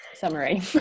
summary